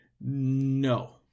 No